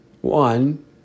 one